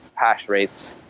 hash rates.